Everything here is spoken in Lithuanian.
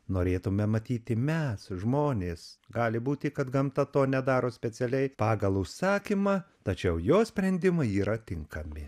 norėtume matyti mes žmonės gali būti kad gamta to nedaro specialiai pagal užsakymą tačiau jos sprendimai yra tinkami